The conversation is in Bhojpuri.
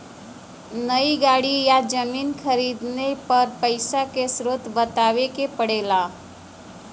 नई गाड़ी या जमीन खरीदले पर पइसा क स्रोत बतावे क पड़ेला